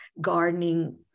gardening